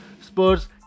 Spurs